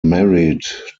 married